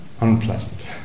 Unpleasant